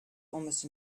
almost